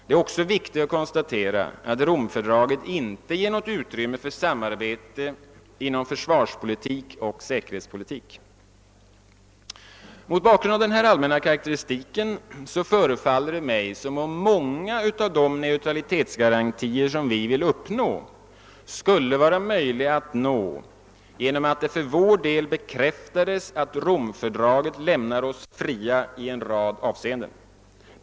Det är också viktigt att konstatera att Romfördraget inte ger något utrymme för samarbete inom försvarspolitik och säkerhetspolitik. Mot bakgrund av denna allmänna karakteristik förefaller det mig som om många av de neutralitetsgarantier vi vill uppnå skulle vara möjliga att nå genom att det för vår del bekräftades att Romfördraget lämnar oss fria i en rad avseenden.